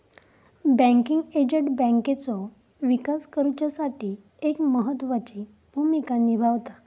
banking agent बँकेचो विकास करुच्यासाठी एक महत्त्वाची भूमिका निभावता